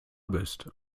bist